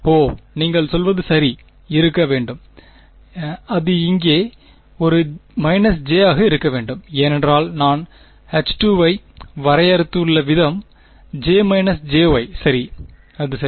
ஓ நீங்கள் சொல்வது சரி இருக்க வேண்டும் அது இங்கே ஒரு j ஆக இருக்க வேண்டும் ஏனென்றால் நான் H ஐ வரையறுத்துள்ள விதம் J jY சரி அது சரி